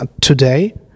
Today